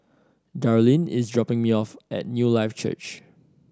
Darleen is dropping me off at Newlife Church